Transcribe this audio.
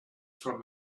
from